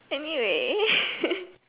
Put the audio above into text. anyway